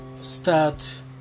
start